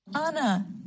Anna